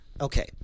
Okay